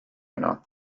yno